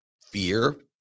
fear